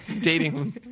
dating